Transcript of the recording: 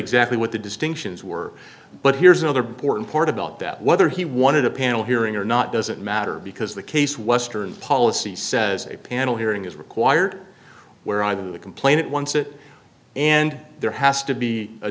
exactly what the distinctions were but here's another boring part about that whether he wanted a panel hearing or not doesn't matter because the case western policy says a panel hearing is required where are the complainant once it and there has to be a